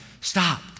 stop